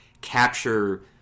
capture